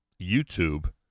YouTube